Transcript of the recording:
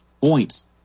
points